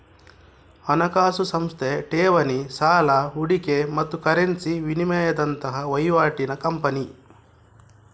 ಹಣಕಾಸು ಸಂಸ್ಥೆ ಠೇವಣಿ, ಸಾಲ, ಹೂಡಿಕೆ ಮತ್ತು ಕರೆನ್ಸಿ ವಿನಿಮಯದಂತಹ ವೈವಾಟಿನ ಕಂಪನಿ